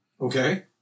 Okay